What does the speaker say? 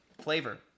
Flavor